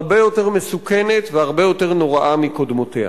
הרבה יותר מסוכנת והרבה יותר נוראה מקודמותיה.